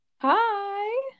Hi